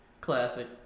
Classic